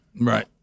Right